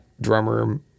drummer